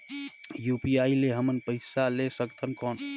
UPI ले हमन पइसा ले सकथन कौन?